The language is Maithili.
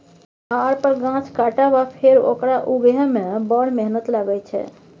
पहाड़ पर गाछ काटब आ फेर ओकरा उगहय मे बड़ मेहनत लागय छै